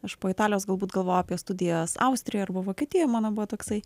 aš po italijos galbūt galvojau apie studijas austrijoj arba vokietijoj mano buvo toksai